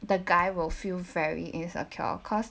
the guy will feel very insecure cause